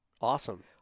Awesome